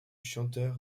chanteur